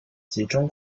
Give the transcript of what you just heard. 集中